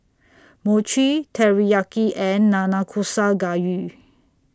Mochi Teriyaki and Nanakusa Gayu